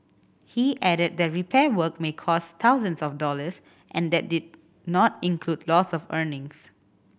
he added that repair work may cost thousands of dollars and that did not include loss of earnings